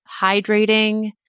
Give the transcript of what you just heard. hydrating